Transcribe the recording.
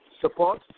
support